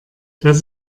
das